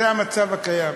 זה המצב הקיים.